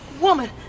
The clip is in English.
woman